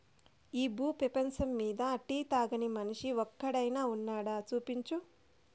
ఈ భూ పేపంచమ్మీద టీ తాగని మనిషి ఒక్కడైనా వున్నాడా, చూపించు